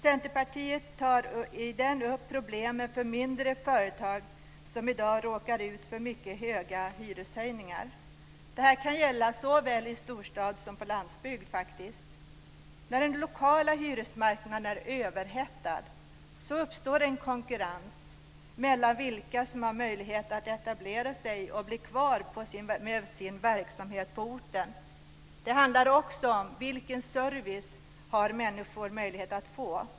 Centerpartiet tar i den upp problemen för mindre företag som i dag råkar ut för mycket höga hyreshöjningar. Detta kan gälla såväl i storstad som på landsbygd. När den lokala hyresmarknaden är överhettad uppstår en konkurrens om vilka som ska ha möjlighet att etablera sig och bli kvar med sin verksamhet på orten. Det handlar också om vilken service som människor har möjlighet att få.